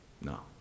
No